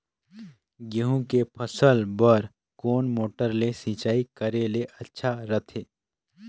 गहूं के फसल बार कोन मोटर ले सिंचाई करे ले अच्छा रथे?